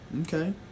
Okay